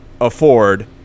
afford